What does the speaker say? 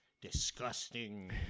disgusting